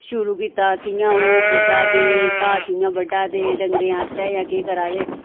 शुरू कीता कि'यां ओह् गुड्डा दे घाह् कि'यां बड्डै दे डंगरें आस्तै जां केह् करा दे